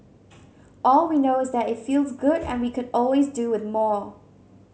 all we know is that it feels good and we could always do with more